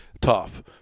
tough